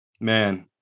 man